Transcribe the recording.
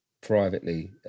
privately